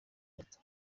gato